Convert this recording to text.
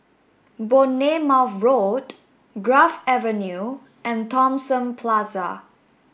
Bournemouth Road Grove Avenue and Thomson Plaza